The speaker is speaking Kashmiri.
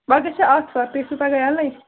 پگاہ چھِ آتھوار تُہۍ ٲسوا پَگاہ یَلے